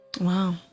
Wow